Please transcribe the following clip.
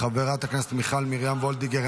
חברת הכנסת מיכל מרים וולדיגר,